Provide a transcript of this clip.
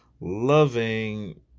loving